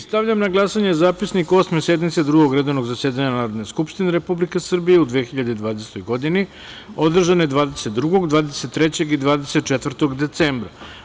Stavljam na glasanje Zapisnik Osme sednice Drugog redovnog zasedanja Narodne skupštine Republike Srbije u 2020. godini, održane 22, 23. i 24. decembra.